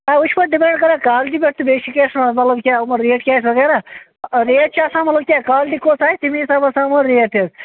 نہ یہ چھُ ڈِپینڈ کران کالٹی پیٚٹھ تہٕ بیٚیہ چھ کیاہ چھ اتھ ونان مطلب یمن کیاہ ریٹ کیاہ آسہِ وغیرہ ریٹ چھِ آسان کیاہ کالٹی کوٚس آسہ تمے حساب آسان ریٹ تہِ